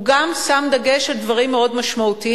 הוא גם שם דגש על דברים מאוד משמעותיים,